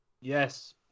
Yes